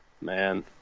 man